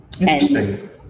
Interesting